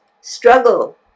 struggle